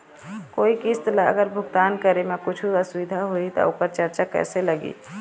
कोई किस्त ला अगर भुगतान करे म कुछू असुविधा होही त ओकर चार्ज कैसे लगी?